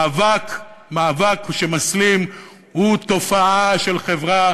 מאבק שמסלים הוא תופעה של חברה